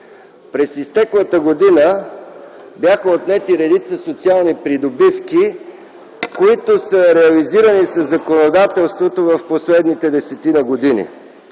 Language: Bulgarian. През изтеклата година бяха отнети редица социални придобивки, които са реализирани със законодателството в последните десетина години: